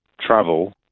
travel